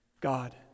God